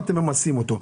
אתם ממסים אותו.